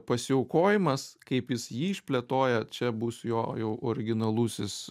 pasiaukojimas kaip jis jį išplėtoja čia bus jo jau originalusis